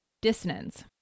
dissonance